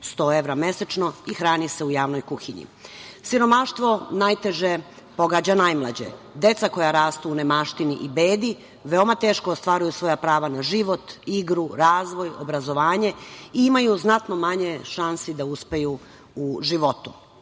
100 evra mesečno i hrani se u javnoj kuhinji. Siromaštvo najteže pogađa najmlađe. Deca koja rastu u nemaštini i bedi veoma teško ostvaruju svoja prava na život, igru, razvoj, obrazovanje i imaju znatno manje šansi da uspeju u životu. Važnije